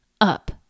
up